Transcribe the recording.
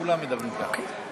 כולם מדברים ככה.